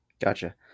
gotcha